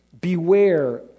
beware